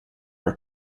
are